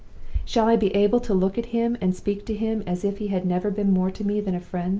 shall i be able to look at him and speak to him as if he had never been more to me than a friend?